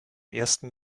ersten